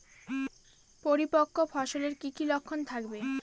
পরিপক্ক ফসলের কি কি লক্ষণ থাকবে?